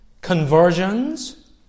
conversions